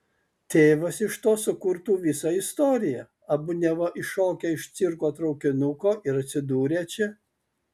tėvas iš to sukurtų visą istoriją abu neva iššokę iš cirko traukinuko ir atsidūrę čia